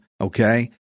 okay